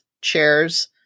chairs